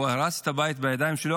הוא הרס את הבית בידיים שלו,